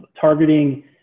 targeting